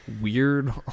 weird